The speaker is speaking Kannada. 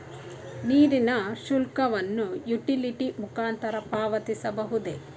ನೀರಿನ ಶುಲ್ಕವನ್ನು ಯುಟಿಲಿಟಿ ಮುಖಾಂತರ ಪಾವತಿಸಬಹುದೇ?